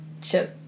chip